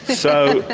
so